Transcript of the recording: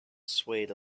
swayed